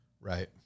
right